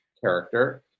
character